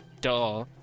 Duh